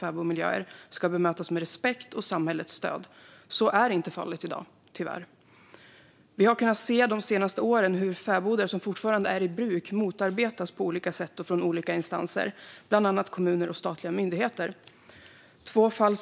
Fäbodmiljöerna utgör ett värdefullt kulturarv, och som sådant är de en bred källa till kunskap och information om mänskligt liv genom historien.